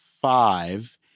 five